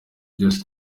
byose